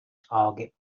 target